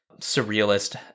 surrealist